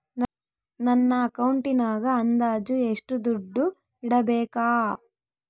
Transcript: ನನ್ನ ಅಕೌಂಟಿನಾಗ ಅಂದಾಜು ಎಷ್ಟು ದುಡ್ಡು ಇಡಬೇಕಾ?